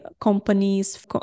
companies